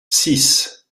six